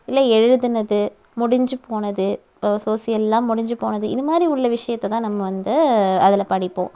இல்லை எழுதுனது முடிஞ்சு போனது இப்போது சோஷியல்லாம் முடிஞ்சு போனது இதுமாதிரி உள்ள விசயத்தை தான் நம்ம வந்து அதில் படிப்போம்